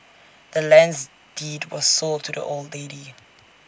the land's deed was sold to the old lady